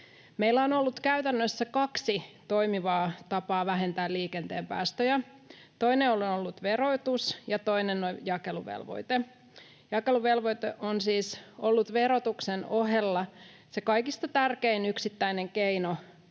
Meillä on ollut käytännössä kaksi toimivaa tapaa vähentää liikenteen päästöjä. Toinen on ollut verotus ja toinen jakeluvelvoite. Jakeluvelvoite on siis ollut verotuksen ohella se kaikista tärkein yksittäinen keino